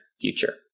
future